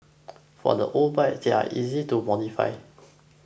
for the old bikes they're easy to modify